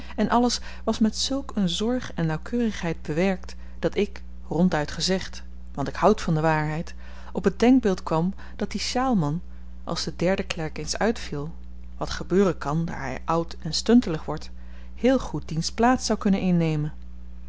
en alles was met zulk een zorg en nauwkeurigheid bewerkt dat ik ronduit gezegd want ik houd van de waarheid op het denkbeeld kwam dat die sjaalman als de derde klerk eens uitviel wat gebeuren kan daar hy oud en stuntelig wordt heel goed diens plaats zou kunnen innemen